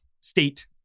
State